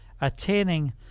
attaining